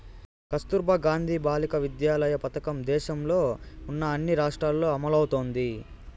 కస్తుర్బా గాంధీ బాలికా విద్యాలయ పథకం దేశంలో ఉన్న అన్ని రాష్ట్రాల్లో అమలవుతోంది